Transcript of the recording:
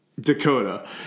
Dakota